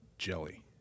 Jelly